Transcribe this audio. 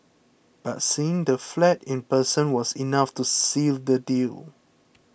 but seeing the flat in person was enough to seal the deal